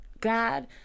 god